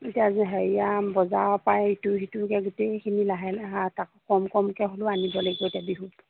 এতিয়া যে হেৰিয়াৰ বজাৰৰ পৰাই ইটো সিটোকৈ গোটেইখিনি লাহে লাহে তাকো কম কমকৈ হ'লেও আনিব লাগিব এতিয়া বিহুত